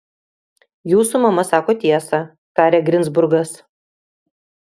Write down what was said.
jūsų mama sako tiesą tarė ginzburgas